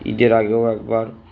ঈদের আগেও একবার